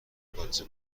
باجه